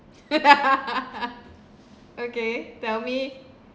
okay tell me